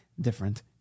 different